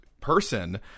person